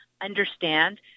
understand